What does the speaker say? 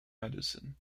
medicine